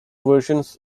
versions